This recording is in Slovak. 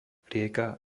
rieka